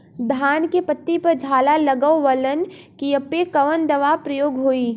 धान के पत्ती पर झाला लगववलन कियेपे कवन दवा प्रयोग होई?